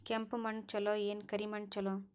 ಕೆಂಪ ಮಣ್ಣ ಛಲೋ ಏನ್ ಕರಿ ಮಣ್ಣ ಛಲೋ?